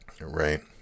Right